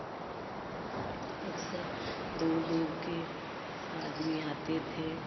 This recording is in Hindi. अक्सर दूर दूर के आदमी आते थे